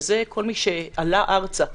וזה כל מי שעלה ארצה,